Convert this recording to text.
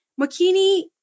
Makini